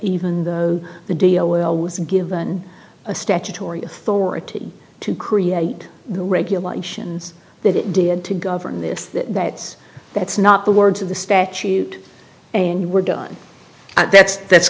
even though the deal was given a statutory authority to create the regulations that it did to govern this that's that's not the words of the statute and we're done that's that's